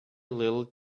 little